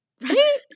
Right